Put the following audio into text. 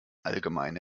allgemeine